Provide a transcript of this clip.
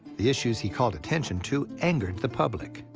the issues he called attention to angered the public.